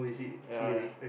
ya